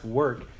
work